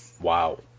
Wow